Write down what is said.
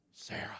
Sarah